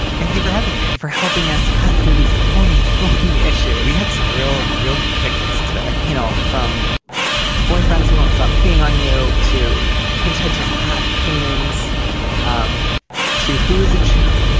thank you for having me. for helping us cut through these thorny, thorny issue. we had some real, real pickles today. you know, from boyfriends who won't stop peeing on you, too contentious cat paintings um to who is an